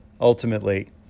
ultimately